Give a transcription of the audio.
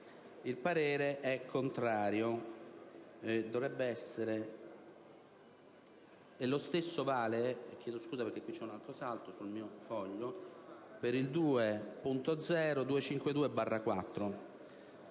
il parere è contrario.